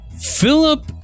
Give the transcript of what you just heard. Philip